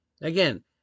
Again